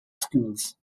schools